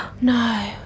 No